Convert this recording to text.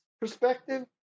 perspective